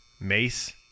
mace